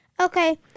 Okay